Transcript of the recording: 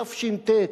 תש"ט,